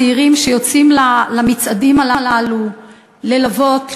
צעירים שיוצאים למצעדים הללו ללוות,